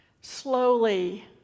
Slowly